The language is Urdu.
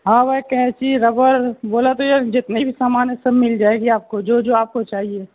ہاں بھائی قینچی ربڑ بولا تو یہ جتنے بھی سامان ہیں سب مل جائے گی آپ کو جو جو آپ کو چاہیے